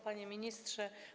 Panie Ministrze!